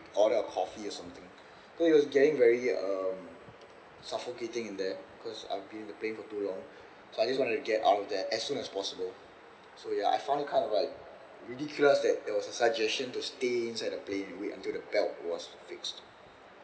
order a coffee or something because it was getting very um suffocating in there cause I've been in the plane for too long so I just want to get out of there as soon as possible so ya I found it kind of like ridiculous that your suggestion to stay inside the plane and wait until the belt was fixed